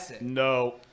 no